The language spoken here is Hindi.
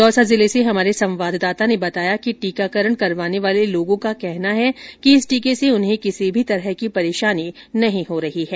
दौसा जिले से हमारे संवाददाता ने बताया कि टीकाकरण करवाने वाले लोगों का कहना है कि इस टीके से उन्हें किसी भी प्रकार की परेशानी नहीं हो रही है